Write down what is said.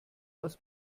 aus